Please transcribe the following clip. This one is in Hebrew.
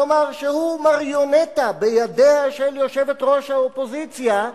כלומר שהוא מריונטה בידיה של יושבת-ראש האופוזיציה,